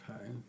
okay